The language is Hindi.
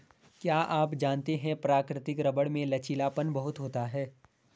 क्या आप जानते है प्राकृतिक रबर में लचीलापन बहुत होता है?